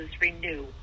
renew